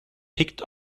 picked